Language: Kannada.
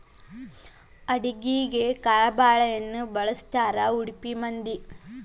ಅಡಿಗಿಗೆ ಕಾಯಿಬಾಳೇಹಣ್ಣ ಬಳ್ಸತಾರಾ ಉಡುಪಿ ಮಂದಿ